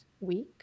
week